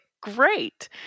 great